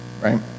right